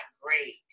great